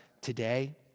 today